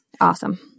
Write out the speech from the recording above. awesome